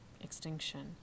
extinction